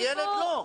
אבל ילד לא.